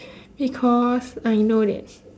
because I know that